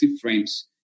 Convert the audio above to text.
frames